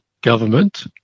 government